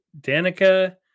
Danica